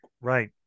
Right